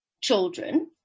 children